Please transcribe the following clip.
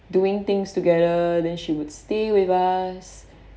doing things together then she would stay with us